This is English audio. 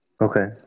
Okay